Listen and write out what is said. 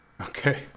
okay